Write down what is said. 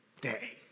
day